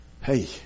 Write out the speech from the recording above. Hey